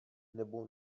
nebo